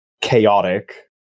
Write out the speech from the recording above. chaotic